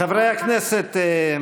חברי הכנסת,